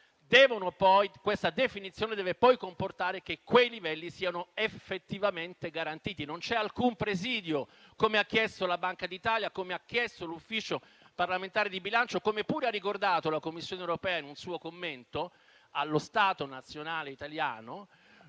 questa definizione deve poi comportare che quei livelli siano effettivamente garantiti. Ebbene, questo presidio, che hanno chiesto la Banca d'Italia e l'Ufficio parlamentare di bilancio - come pure ha ricordato la Commissione europea in un suo commento allo Stato nazionale italiano